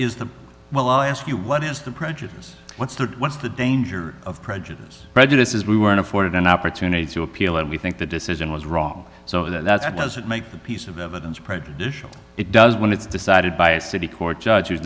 is the well ask you what is the prejudice what's the what's the danger of prejudice prejudice is we were afforded an opportunity to appeal and we think the decision was wrong so that's what doesn't make the piece of evidence prejudicial it does when it's decided by a city court judge